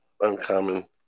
uncommon